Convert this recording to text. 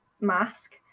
mask